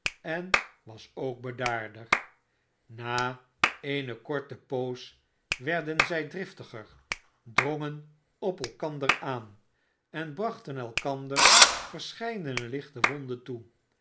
en was ook bedaarder na eene kortepoos werden zij driftiger drongen op elkander aan en brachten elkander verscheidene lichte wonden toe